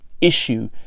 issue